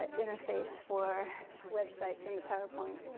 ah interface for websites on the powerpoint,